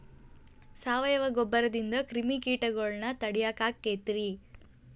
ಸಾವಯವ ಗೊಬ್ಬರದಿಂದ ಕ್ರಿಮಿಕೇಟಗೊಳ್ನ ತಡಿಯಾಕ ಆಕ್ಕೆತಿ ರೇ?